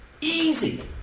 Easy